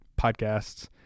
podcasts